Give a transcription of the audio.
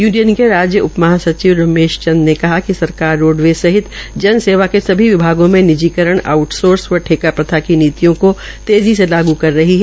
union के राज्य उप महा सचिव रमेश चंद ने कहा कि सरकार रोडवेजसहित जन सेवा के सभी विभागों मे निजीकरण आउटसोर्सिंग व ठेका प्रथा की नीतियों को तेज़ी से लागू कर रही है